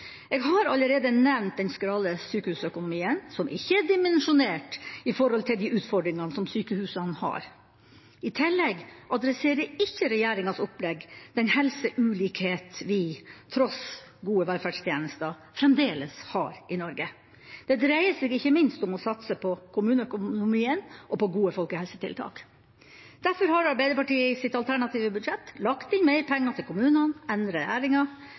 Jeg har allerede nevnt den skrale sykehusøkonomien, som ikke er dimensjonert for de utfordringene som sykehusene har. I tillegg adresserer ikke regjeringas opplegg den helseulikhet vi, tross gode velferdstjenester, fremdeles har i Norge. Det dreier seg ikke minst om å satse på kommuneøkonomien og på gode folkehelsetiltak. Derfor har Arbeiderpartiet i sitt alternative budsjett lagt inn mer penger til kommunene enn regjeringa